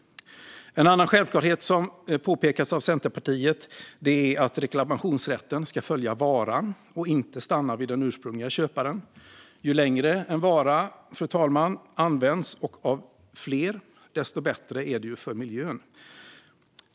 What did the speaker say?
En annan självklarhet som har påpekats av Centerpartiet är att reklamationsrätten ska följa varan och inte stanna vid den ursprungliga köparen. Ju längre en vara används och av ju fler, desto bättre är det för miljön.